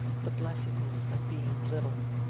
the blessedness of being little.